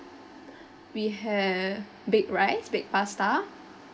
we have baked rice baked pasta